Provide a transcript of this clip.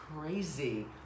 crazy